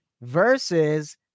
versus